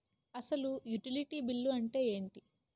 అసలు utility bill అంతే ఎంటి?